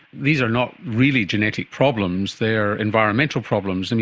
these are not really genetic problems, they are environmental problems. and